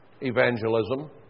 evangelism